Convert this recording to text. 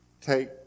take